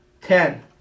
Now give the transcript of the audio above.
Ten